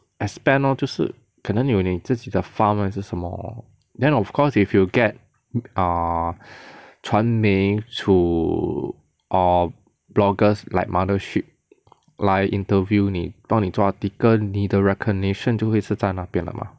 expand lor 就是可能有你自己的 farm 还是什么 then of course if you get err 传媒 to err bloggers like Mothership 来 interview 你帮你做 article 你的 recognition 就会是在那边了 mah